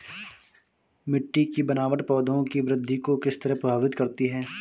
मिटटी की बनावट पौधों की वृद्धि को किस तरह प्रभावित करती है?